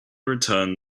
returned